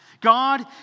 God